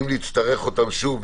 אם נצטרך אותן שוב,